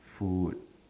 food